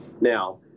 Now